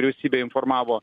vyriausybė informavo